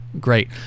Great